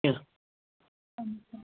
کیٚنٛہہ